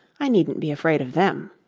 i needn't be afraid of them